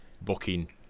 booking